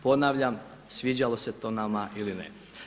Ponavljam, sviđalo se to nama ili ne.